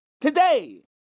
today